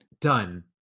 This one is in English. Done